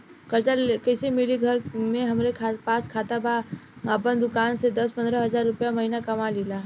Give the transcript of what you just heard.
कर्जा कैसे मिली घर में हमरे पास खाता बा आपन दुकानसे दस पंद्रह हज़ार रुपया महीना कमा लीला?